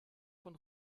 von